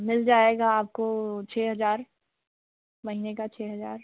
मिल जाएगा आपको छः हज़ार महीने का छः हज़ार